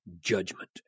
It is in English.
judgment